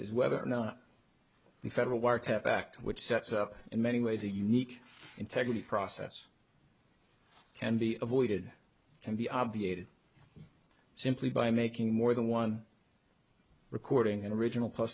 is whether or not the federal wiretap act which sets up in many ways a unique integrity process can be avoided can be obviated simply by making more than one recording an original p